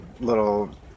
little